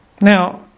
Now